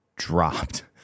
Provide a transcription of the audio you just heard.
dropped